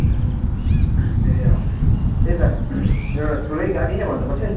ए ए अँ त्यही त एउटा ठुलै गाडी नै भन्नुपर्छ है